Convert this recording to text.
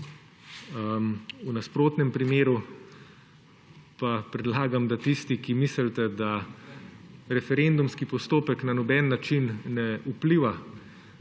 V nasprotnem primeru pa predlagam, da tisti, ki mislite, da referendumski postopek na noben način ne vpliva na